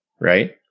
Right